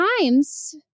Times